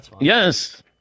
Yes